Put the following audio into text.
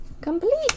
Complete